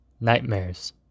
Nightmares